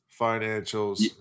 financials